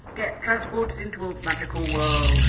get transported into a magical world.